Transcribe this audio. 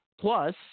Plus